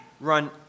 run